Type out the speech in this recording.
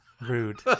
Rude